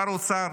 שר האוצר